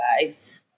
guys